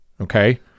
Okay